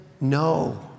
no